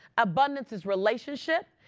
abundance is relationship.